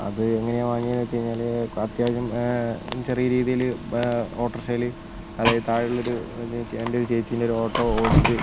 അത് എങ്ങനെയാണ് വാങ്ങിയെന്ന് വെച്ച് കഴിഞ്ഞാൽ അത്യാവശ്യം ചെറിയ രീതിയിൽ ഓട്ടോറിക്ഷയിൽ അതായത് താഴെയുള്ള ഒരു എന്റെ ഒരു ചേച്ചിന്റെ ഒരു ഓട്ടോ ഓടിച്ച്